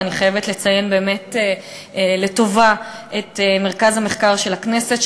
ואני חייבת לציין באמת לטובה את מרכז המחקר של הכנסת,